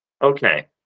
Okay